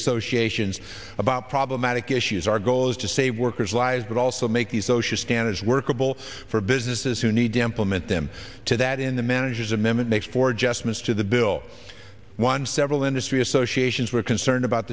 associations about problematic issues our goal is to save workers lives but also make the social standards workable for businesses who need to implement them to that in the manager's amendment makes for adjustments to the bill one several industry associations were concerned about